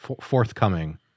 forthcoming